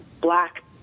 Black